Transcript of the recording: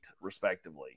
respectively